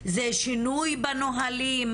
זה שינוי בנהלים,